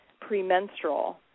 premenstrual